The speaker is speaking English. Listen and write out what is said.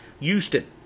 Houston